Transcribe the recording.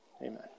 Amen